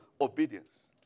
obedience